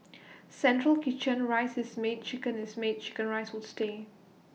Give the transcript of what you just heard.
central kitchen rice is made chicken is made Chicken Rice will stay